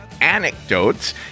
anecdotes